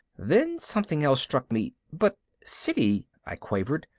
then something else struck me. but siddy, i quavered,